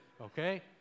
okay